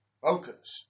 focus